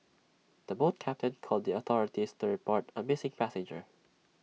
the boat captain called the authorities to report A missing passenger